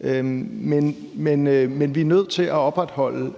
men vi er nødt til at opretholde